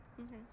Okay